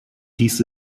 dies